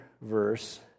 verse